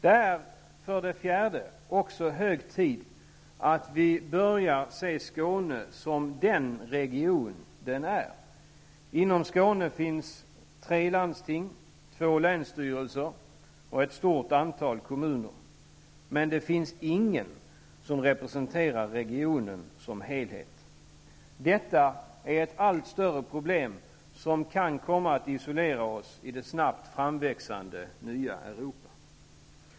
Det är vidare också hög tid att vi börjar se Skåne som den region den är. Inom Skåne finns tre landsting, två länsstyrelser och ett stort antal kommuner, men det finns ingen som representerar regionen som helhet. Detta är ett allt större problem, som kan komma att isolera oss i det snabbt framväxande nya Europa.